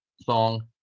song